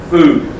Food